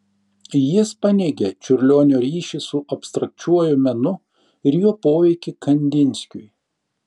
jis paneigė čiurlionio ryšį su abstrakčiuoju menu ir jo poveikį kandinskiui